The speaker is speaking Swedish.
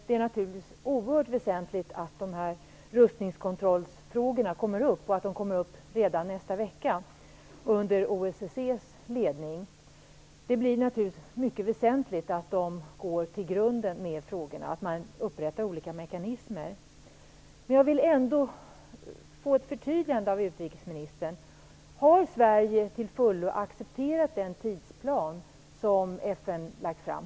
Det är naturligtvis oerhört väsentligt att rustningskontrollsfrågorna kommer upp, och att de gör det redan nästa vecka under OSSES:s ledning. Det är naturligtvis mycket väsentligt att gå till grunden med frågorna. Man måste upprätta olika mekanismer. Jag vill ändå få ett förtydligande av utrikesministern. Har Sverige till fullo accepterat den tidsplan som FN lagt fram?